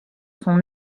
son